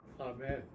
Amen